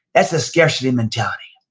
that's the scarcity mentality.